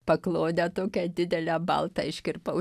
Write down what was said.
paklodę tokią didelę baltą iškirpau